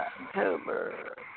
October